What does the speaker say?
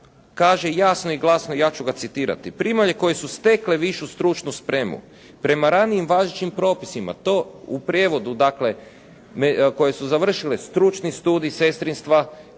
kaže jasno i glasno, ja ću ga citirati: "Primalje koje su stekle višu stručnu spremu, prema ranijim važećim propisima …", to u prijevodu dakle koje su završile stručni studij sestrinstva,